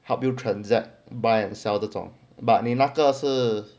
help you transact buy and sell 这种 but 你那个是